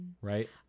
Right